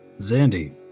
Zandy